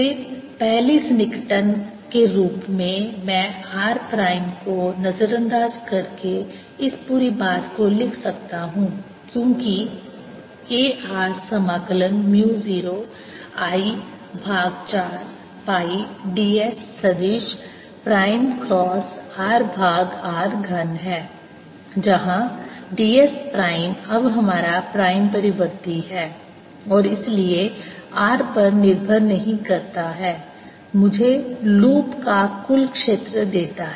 फिर पहली सन्निकटन के रूप में मैं r प्राइम को नजरअंदाज करके इस पूरी बात को लिख सकता हूं क्योंकि A r समाकलन म्यु 0 I भाग 4 पाई ds सदिश प्राइम क्रॉस r भाग r घन है जहां ds प्राइम अब हमारा प्राइम परिवर्ती है और इसलिए r पर निर्भर नहीं करता है मुझे लूप का कुल क्षेत्र देता है